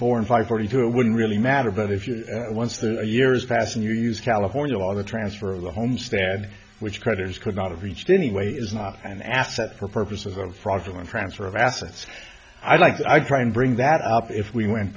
four and five forty two it wouldn't really matter but if you once the years pass and you use california law the transfer of the homestead which creditors could not have reached anyway is not an asset for purposes of fraudulent transfer of assets i'd like to try and bring that up if we went